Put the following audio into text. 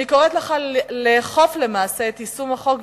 אני קוראת לך לאכוף למעשה את יישום החוק,